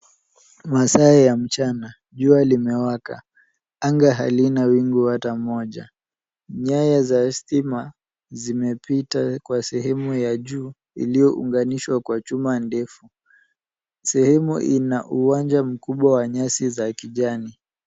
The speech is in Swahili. Masaa ya mchana, jua limewaka .Anga halina wingu hata moja. Nyaya za stima zimepita kwa sehemu ya juu iliyounganishwa kwa chuma ndefu. Sehemu ina uwanja mkubwa wa nyasi za kijani.